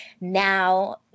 now